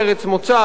ארץ מוצא,